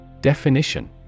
Definition